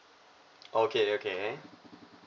okay okay